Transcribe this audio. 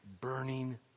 burning